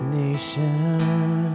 nation